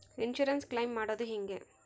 Insurance claim ಮಾಡದು ಹೆಂಗೆ?